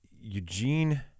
Eugene